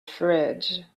fridge